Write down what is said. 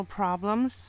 problems